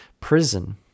prison